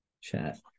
chat